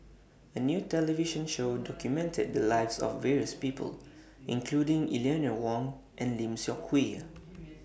A New television Show documented The Lives of various People including Eleanor Wong and Lim Seok Hui